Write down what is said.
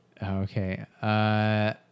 Okay